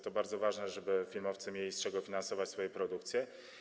To bardzo ważne, żeby filmowcy mieli z czego finansować swoje produkcje.